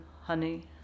honey